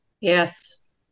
Yes